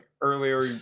earlier